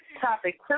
Topic